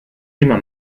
immer